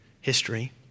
history